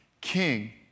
king